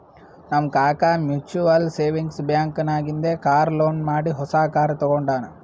ನಮ್ ಕಾಕಾ mutual savings bank ನಾಗಿಂದೆ ಕಾರ್ ಲೋನ್ ಮಾಡಿ ಹೊಸಾ ಕಾರ್ ತಗೊಂಡಾನ್